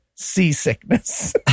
seasickness